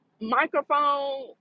microphone